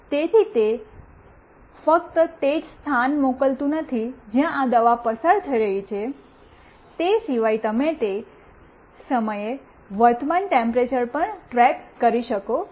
તેથી તે ફક્ત તે જ સ્થાને મોકલતું નથી જ્યાં આ દવા પસાર થઈ રહી છે તે સિવાય તમે તે સમયે વર્તમાન ટેમ્પરેચર્ પણ ટ્રેક કરી શકો છો